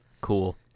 Cool